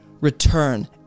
Return